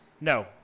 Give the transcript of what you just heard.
No